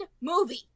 movie